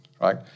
right